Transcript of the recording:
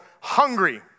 hungry